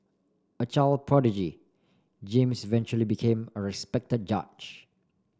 a child prodigy James eventually became a respected judge